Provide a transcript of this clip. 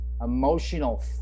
emotional